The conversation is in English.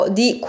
di